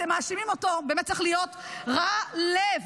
באמת צריך להיות רע לב,